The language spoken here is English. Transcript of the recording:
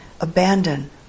abandon